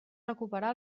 recuperar